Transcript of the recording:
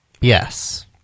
Yes